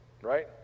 right